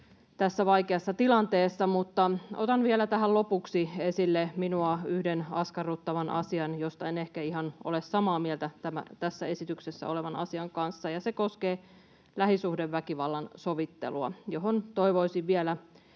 tässä vaikeassa tilanteessa, mutta otan vielä tähän lopuksi esille yhden minua askarruttavan asian, josta en ehkä ihan ole samaa mieltä tämän esityksen kanssa. Se koskee lähisuhdeväkivallan sovittelua, johon toivoisin vielä